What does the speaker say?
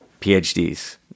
PhDs